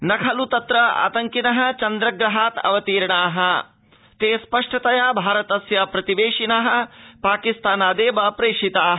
न खल् तत्र आतंकिन चन्द्रग्रहात् अवतीर्णा ते स्पष्टतया भारतस्य प्रतिवेशिन पाकिस्तानादेव प्रेषिता